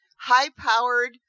high-powered